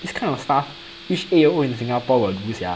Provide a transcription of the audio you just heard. this kind of stuff which in singapore will do sia